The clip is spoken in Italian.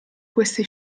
queste